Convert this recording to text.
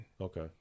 Okay